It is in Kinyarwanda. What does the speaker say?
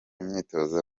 imyitozo